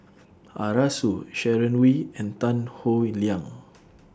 Arasu Sharon Wee and Tan Howe Liang